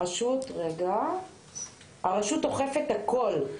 הרשות אוכפת הכול.